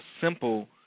simple